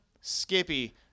Skippy